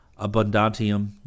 abundantium